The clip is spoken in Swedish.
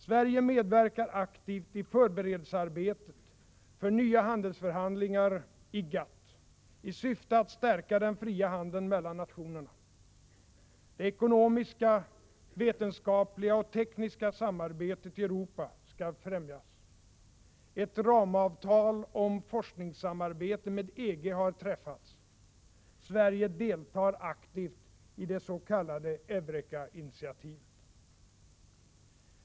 Sverige medverkar aktivt i förberedelsearbetet för nya handelsförhandlingar i GATT i syfte att stärka den fria handeln mellan nationerna. Det ekonomiska, vetenskapliga och tekniska samarbetet i Europa skall främjas. Ett ramavtal om forskningssamarbete med EG har träffats. Sverige deltar aktivt i det s.k. Eurekarinitiativet.